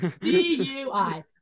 D-U-I